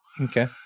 Okay